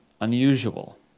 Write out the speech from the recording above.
unusual